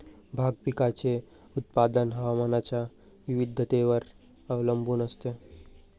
भाग पिकाचे उत्पादन हवामानाच्या विविधतेवर अवलंबून असते